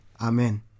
Amen